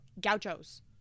gauchos